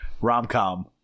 rom-com